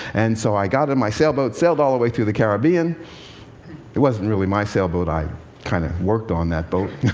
and so i got in my sailboat, sailed all the way through the caribbean it wasn't really my sailboat, i kind of worked on that boat